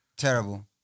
Terrible